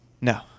No